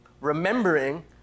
remembering